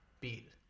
beat